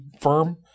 firm